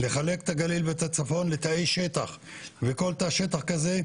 לחלק את הגליל ואת הצפון לתאי שטח וכל תא שטח כזה,